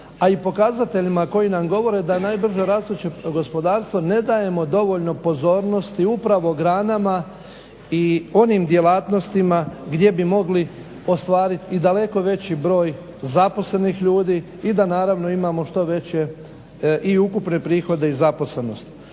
a i pokazateljima koji nam govore da najbrže rastuće gospodarstvo ne dajemo dovoljno pozornosti upravo granama i onim djelatnostima gdje bi mogli ostvariti i daleko veći broj zaposlenih ljudi i da naravno imamo što veće i ukupne prihode i zaposlenost.